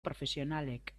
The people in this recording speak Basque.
profesionalek